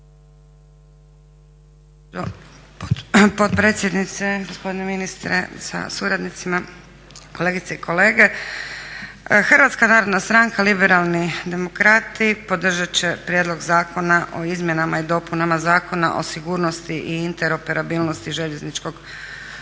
Potpredsjednice, gospodine ministre sa suradnicima, kolegice i kolege. Hrvatska narodna stranka-Liberalni demokrati podržati će Prijedlog Zakona o izmjenama i dopunama Zakona o sigurnosti i interoperabilnosti željezničkog sustava.